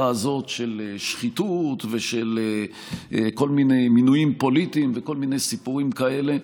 הזאת של שחיתות ושל כל מיני מינויים פוליטיים וכל מיני סיפורים כאלה.